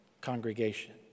congregation